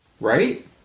right